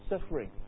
suffering